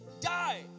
Die